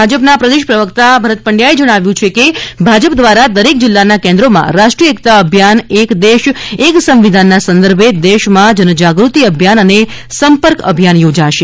ભાજપના પ્રદેશ પ્રવક્તા ભરત પંડચાએ જણાવ્યું છે કે ભાજપ દ્વારા દરેક જિલ્લાના કેન્દ્રોમાં રાષ્ટ્રીય એકતા અભિયાન એક દેશ એક સંવિધાનના સંદર્ભે દેશમાં જનજાગૃતિ અભિયાન અને સંપર્ક અભિયાન યોજાશે